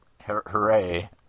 Hooray